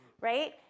right